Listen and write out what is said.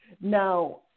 Now